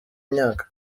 myaka